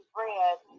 Bread